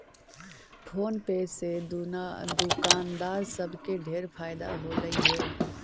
phone पे से दुकानदार सब के ढेर फएदा होलई हे